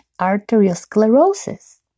arteriosclerosis